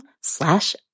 slash